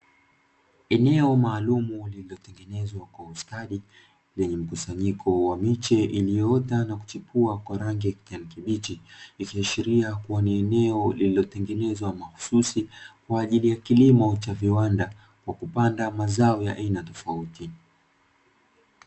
Eneo maalumu lililo tengenezwa kwa ustadi lenye mkusanyiko wa miche, iliyoota na kuchipua kwa rangi ya kijani kibichi ikiashilia kua ni eneo lililo tengenezwa mahususi kwa ajiri ya kilimo cha viwanda kwa kupanda mazao ya aina tofauti .